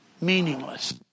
meaningless